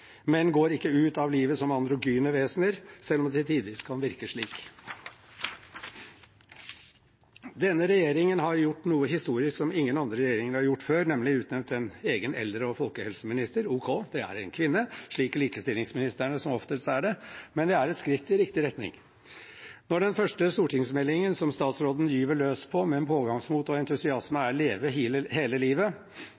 går ikke ut av livet som androgyne vesener, selv om det tidvis kan virke slik. Denne regjeringen har gjort noe historisk, som ingen andre regjeringer har gjort før, nemlig utnevnt en egen eldre- og folkehelseminister. Ok, det er en kvinne, slik likestillingsministerne som oftest er det, men det er et skritt i riktig retning. Når den første stortingsmeldingen som statsråden gyver løs på med pågangsmot og entusiasme